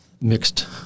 mixed